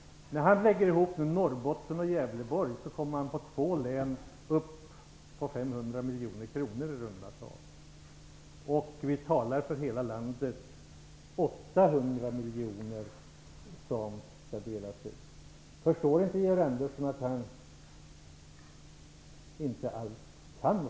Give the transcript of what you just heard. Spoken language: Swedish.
När han lägger ihop Norrbotten och Gävleborg kommer han på två län upp i 500 miljoner kronor i runda tal. Vi talar för hela landet om 800 miljoner som skall delas ut. Förstår inte Georg Andersson att han inte alls kan räkna?